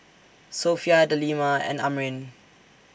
Sofea Delima and Amrin